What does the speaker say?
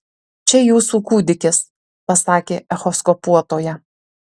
čia jūsų kūdikis pasakė echoskopuotoja